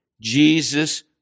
Jesus